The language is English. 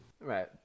Right